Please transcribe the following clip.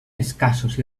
escassos